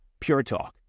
PureTalk